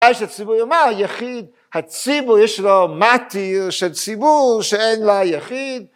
אז הציבור יאמר יחיד הציבור יש לו מתיר של ציבור שאין לה יחיד